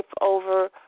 over